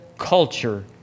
Culture